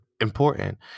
important